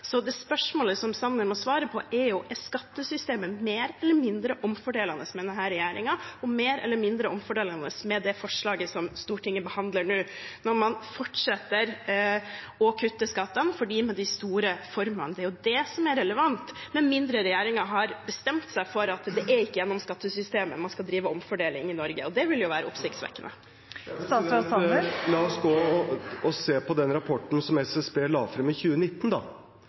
Så det spørsmålet som Sanner må svare på, er: Er skattesystemet mer eller mindre omfordelende med denne regjeringen og mer eller mindre omfordelende med det forslaget som Stortinget behandler nå, når man fortsetter å kutte skattene for dem med de store formuene? Det er jo det som er relevant, med mindre regjeringen har bestemt seg for at det ikke er gjennom skattesystemet man skal drive omfordeling i Norge. Og det ville jo være oppsiktsvekkende. La oss se på den rapporten som SSB la fram i 2019. Da